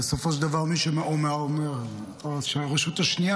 או הרשות השנייה?